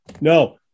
no